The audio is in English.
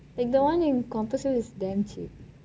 the one in compassvale is damn cheap